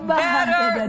better